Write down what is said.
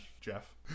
jeff